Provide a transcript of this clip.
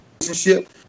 relationship